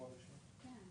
והכול